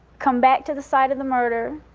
come back to the site of the murder,